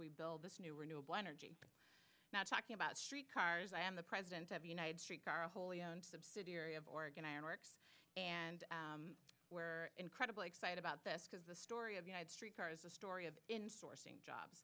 we build this new renewable energy not talking about street cars i am the president of united streetcar a wholly owned subsidiary of oregon iron works and where incredibly excited about this because the story of united streetcar is a story of insourcing job